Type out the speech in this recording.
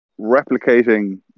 Replicating